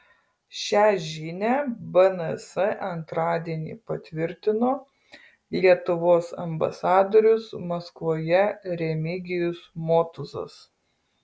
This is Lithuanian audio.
šią žinią bns antradienį patvirtino lietuvos ambasadorius maskvoje remigijus motuzas